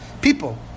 people